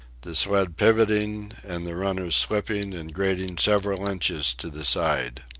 the sled pivoting and the runners slipping and grating several inches to the side.